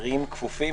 מרים כפופים".